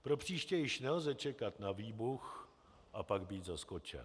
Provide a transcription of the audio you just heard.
Propříště již nelze čekat na výbuch a pak být zaskočen.